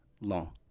long